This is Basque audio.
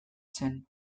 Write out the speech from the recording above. zen